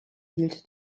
hielt